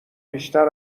بیشتر